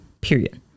period